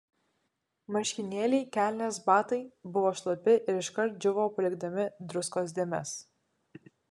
marškinėliai kelnės batai buvo šlapi ir iškart džiūvo palikdami druskos dėmes